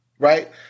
Right